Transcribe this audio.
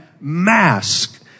mask